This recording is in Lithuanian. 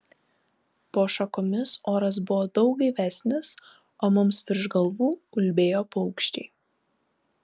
po šakomis oras buvo daug gaivesnis o mums virš galvų ulbėjo paukščiai